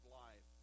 life